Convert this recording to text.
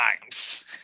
times